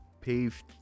paved